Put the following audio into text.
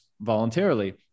voluntarily